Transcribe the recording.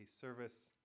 service